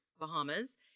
Bahamas